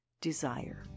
desire